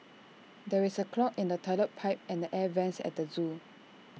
there is A clog in the Toilet Pipe and the air Vents at the Zoo